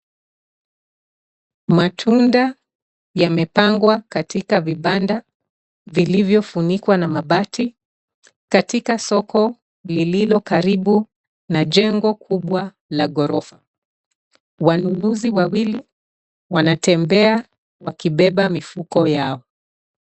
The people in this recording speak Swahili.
Matunda yamepanngwa katika vibanda vilivyofunikwa na mabati katika soko lililo karibu na jengo kubwa la ghorofa. Wanunuzi wawili wanatembea wakibeba mifuko yao.